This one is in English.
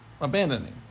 abandoning